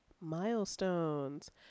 milestones